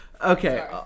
Okay